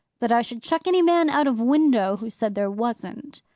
that i should chuck any man out of window who said there wasn't.